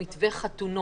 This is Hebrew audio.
למה.